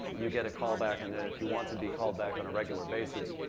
you get a call back. and and if you want to be called back on a regular basis,